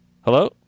Hello